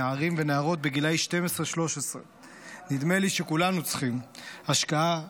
נערים ונערות בגילי 13-12. נדמה לי שכולנו צריכים השקעה בחינוך,